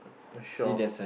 a shop